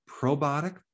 probiotic